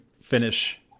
finish